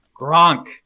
Gronk